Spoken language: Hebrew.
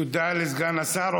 תודה לסגן השר.